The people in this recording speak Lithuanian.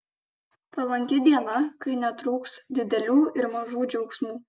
palanki diena kai netruks didelių ir mažų džiaugsmų